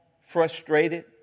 frustrated